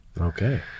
Okay